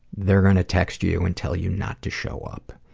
they're gonna text you and tell you not to show up.